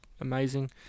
amazing